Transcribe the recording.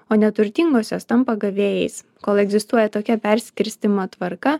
o neturtingosios tampa gavėjais kol egzistuoja tokia perskirstymo tvarka